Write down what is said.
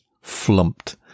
flumped